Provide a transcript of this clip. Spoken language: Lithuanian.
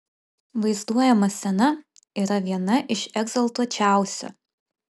vaizduojama scena yra viena iš egzaltuočiausių